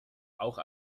auch